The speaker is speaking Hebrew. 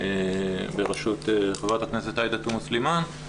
בראשות חברת הכנסת עאידה תומא סלימאן.